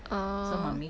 ah